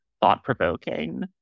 thought-provoking